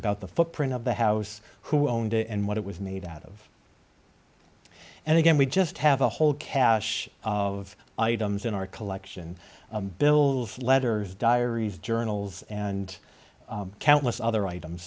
about the footprint of the house who owned it and what it was made out of and again we just have a whole cache of items in our collection bills letters diaries journals and countless other items